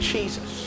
Jesus